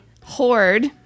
Horde